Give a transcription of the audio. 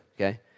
okay